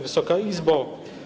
Wysoka Izbo!